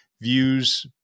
views